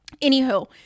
Anywho